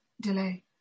delay